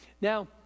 now